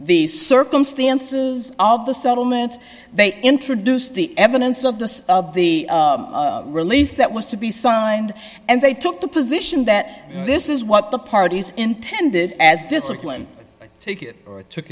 the circumstances of the settlement they introduced the evidence of the of the relief that was to be signed and they took the position that this is what the parties intended as disciplined take it took